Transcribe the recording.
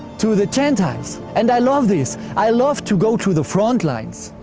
to the gentiles, and i love this. i love to go to the frontlines.